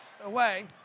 away